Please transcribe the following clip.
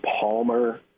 Palmer